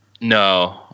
No